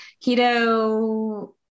keto